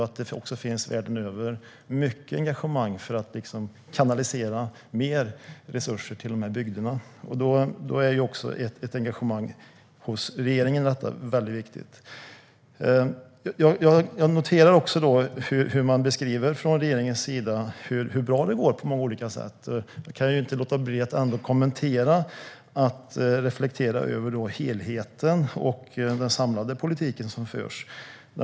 Världen över finns det mycket engagemang för att kanalisera mer resurser till dessa bygder. Då är det också väldigt viktigt med ett engagemang hos regeringen när det gäller detta. Jag noterar hur man från regeringens sida beskriver hur bra det går på olika sätt. Jag kan inte låta bli att ändå reflektera över den samlade politik som förs.